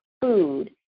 food